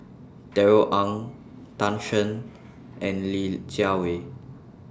Darrell Ang Tan Shen and Li Jiawei